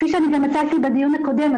כפי שגם הצגתי בדיון הקודם,